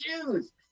shoes